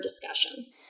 discussion